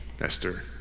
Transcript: Esther